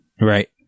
Right